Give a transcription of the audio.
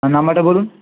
নাম্বারটা বলুন